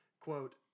quote